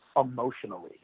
emotionally